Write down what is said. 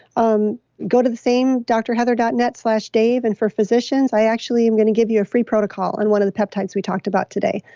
um go to the same drheather dot net slash dave and for physicians, i actually am going to give you a free protocol in one of the peptides we talked about today,